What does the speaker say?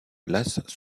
glace